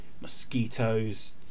mosquitoes